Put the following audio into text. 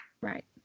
Right